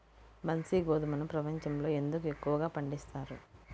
బన్సీ గోధుమను ప్రపంచంలో ఎందుకు ఎక్కువగా పండిస్తారు?